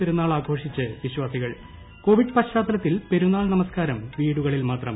പെരുന്നാൾ ആഘോഷിച്ച് വിശ്വാസികൾ കോവിഡ് പശ്ചാത്തലത്തിൽ പെരുന്നാൾ നമസ്കാരം വീടുകളിൽ മാത്രം